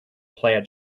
plaid